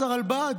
אז הרלב"ד,